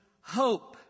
hope